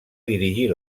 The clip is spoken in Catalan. dirigir